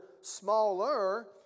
smaller